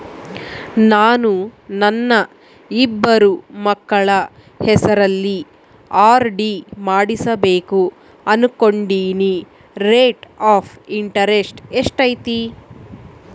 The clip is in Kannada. ನಾನು ನನ್ನ ಇಬ್ಬರು ಮಕ್ಕಳ ಹೆಸರಲ್ಲಿ ಆರ್.ಡಿ ಮಾಡಿಸಬೇಕು ಅನುಕೊಂಡಿನಿ ರೇಟ್ ಆಫ್ ಇಂಟರೆಸ್ಟ್ ಎಷ್ಟೈತಿ?